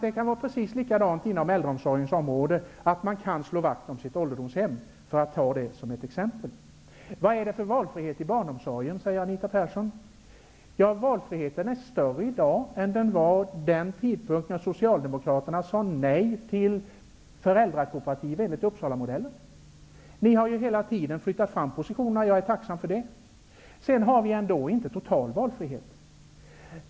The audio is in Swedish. Det kan vara precis likadant inom äldreomsorgens område, dvs. att man kan slå vakt om sitt ålderdomshem. Anita Persson. Ja, valfriheten är större i dag än den var vid den tidpunkt då Socialdemokraterna sade nej till föräldrakooperativ enligt Uppsalamodellen. Ni har hela tiden flyttat fram positionerna -- jag är tacksam för det. Sedan har vi ändå inte total valfrihet.